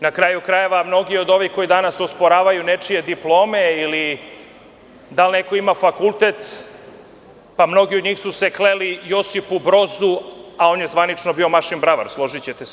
Na kraju krajeva, mnogi od ovih koji danas osporavaju nečije diplome ili da li neko ima fakultet, pa mnogi od njih su se kleli Josifu Brozu, a on je zvanično bio mašinbravar, složićete se.